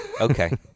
Okay